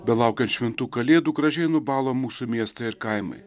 belaukiant šventų kalėdų gražiai nubalo mūsų miestai ir kaimai